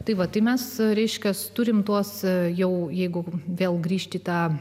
tai vat mes ryškias turime tuos jau jeigu vėl grįžti tą